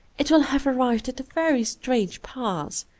it will have arrived at a very strange pass.